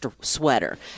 sweater